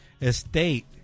Estate